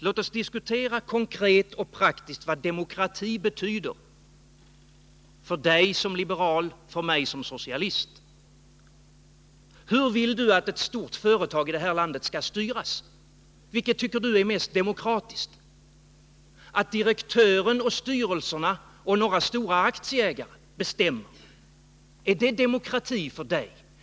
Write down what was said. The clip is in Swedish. Låt oss diskutera konkret och praktiskt vad demokrati betyder — för dig som liberal, för mig som socialist. Hur vill du att ett stort företag i det här landet skall styras? Vad betyder demokrati i det sammanhanget för dig? Är det att direktören, styrelserna och några stora aktieägare bestämmer? Är det så du vill ha det?